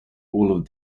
all